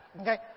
Okay